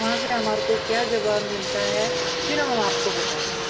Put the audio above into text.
वहाँ से हमारे को क्या जवाब मिलता है फिर हम आपको बताएंगे